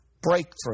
breakthrough